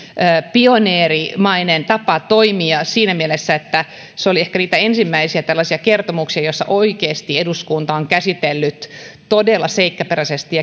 pioneerimainen tapa toimia siinä mielessä että se oli ehkä niitä ensimmäisiä tällaisia kertomuksia joissa oikeasti eduskunta on käsitellyt todella seikkaperäisesti